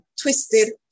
twisted